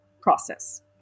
process